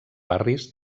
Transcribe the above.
barris